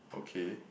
okay